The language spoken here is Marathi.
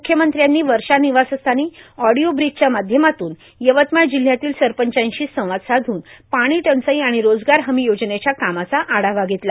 मुख्यमंत्र्यांनी आज वर्षा निवासस्थानी ऑडिओ ब्रीजच्या माध्यमातून यवतमाळ जिल्ह्यातील सरपंचांशी संवाद साधून पाणी टंचाई आणि रोजगार हमी योजनेच्या कामाचा आढावा घेतला